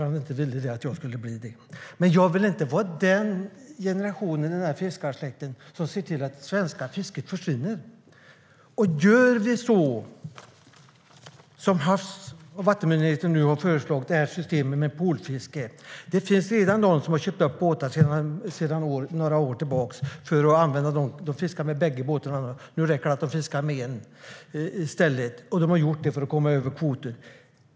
Men jag vill inte tillhöra den generation i fiskarsläkten som ser till att det svenska fisket försvinner. Och det gör vi om vi, som Havs och vattenmyndigheten nu har föreslagit, inför systemet med polfiske. Det finns redan de som har köpt upp båtar sedan några år tillbaka - de har fiskat med bägge båtar, men nu räcker det att de fiskar med en i stället - för att komma över kvoter.